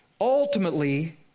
Ultimately